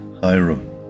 Hiram